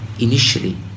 initially